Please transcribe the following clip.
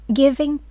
giving